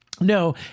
No